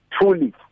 truly